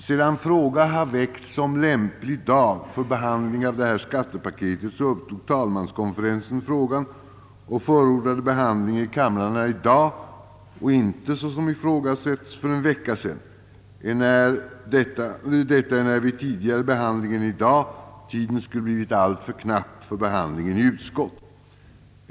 Sedan fråga väckts om lämplig dag för behandling av = »skattepaketet» upptog talmanskonferensen frågan och förordade behandling i kamrarna i dag och icke, såsom ifrågasatts, för en vecka sedan, detta enär vid tidigare behandling än i dag tiden skulle ha blivit alltför knapp för behandlingen i utskott.